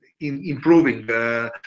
improving